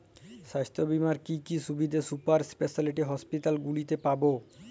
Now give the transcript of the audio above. স্বাস্থ্য বীমার কি কি সুবিধে সুপার স্পেশালিটি হাসপাতালগুলিতে পাব?